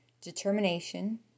determination